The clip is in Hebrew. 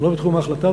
לא בתחום ההחלטה.